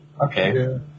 Okay